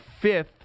fifth